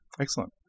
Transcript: Excellent